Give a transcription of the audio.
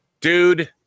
Dude